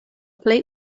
plej